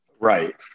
Right